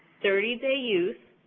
thirty day use,